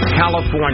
California